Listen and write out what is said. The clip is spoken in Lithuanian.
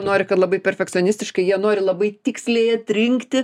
nori kad labai perfekcionistiškai jie nori labai tiksliai atrinkti